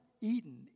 eaten